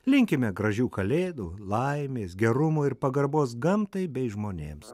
linkime gražių kalėdų laimės gerumo ir pagarbos gamtai bei žmonėms